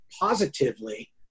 positively